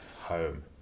home